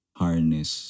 harness